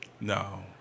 No